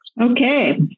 Okay